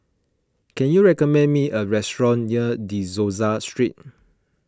can you recommend me a restaurant near De Souza Street